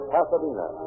Pasadena